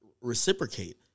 reciprocate